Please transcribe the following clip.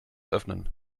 öffnen